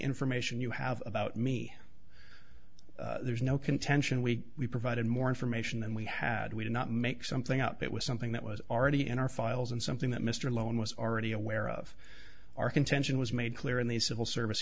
information you have about me there's no contention we provided more information than we had we did not make something up it was something that was already in our files and something that mr lone was already aware of our contention was made clear in the civil service